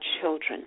children